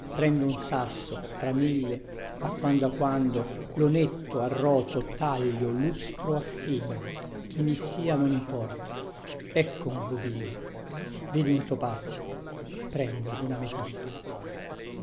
prendo un sasso tra mille a quando a quando lo netto arroto taglio lustro affino chi mi sia non importa ecco un rubino vedi un topazio prendi unametista